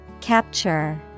Capture